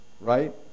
right